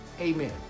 amen